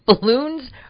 balloons